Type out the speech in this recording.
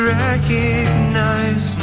recognize